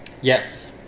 Yes